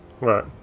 Right